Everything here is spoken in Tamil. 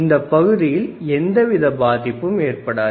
இந்த பகுதியில் எந்தவித பாதிப்பும் ஏற்படாது